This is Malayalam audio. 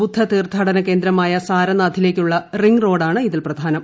ബുദ്ധ തീർത്ഥാടന കേന്ദ്രമായ സാരനാഥിലേക്കുള്ള റിംഗ് റോഡാണ് ഇതിൽ പ്രധാനം